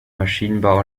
maschinenbau